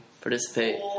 participate